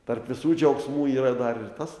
tarp visų džiaugsmų yra dar ir tas